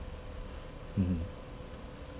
mmhmm